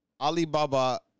Alibaba